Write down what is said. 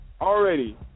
already